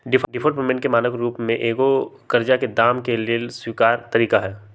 deferred payment के मानक के रूप में एगो करजा के दाम के लेल स्वीकार तरिका हइ